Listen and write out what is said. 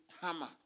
hammer